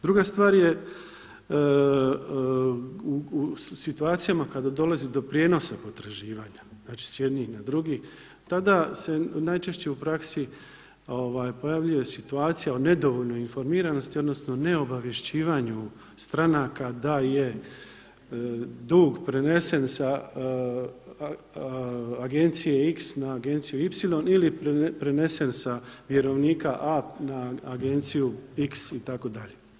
Druga stvar je u situacijama kada dolazi do prijenosa potraživanja, znači s jednih na druge, tada se najčešće u praksi pojavljuje situacija o nedovoljno informiranosti odnosno neobavješćivanju stranaka da je dug prenesen sa agencije X na agenciju Y ili prenesen sa vjerovnika A na agenciju X itd.